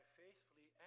faithfully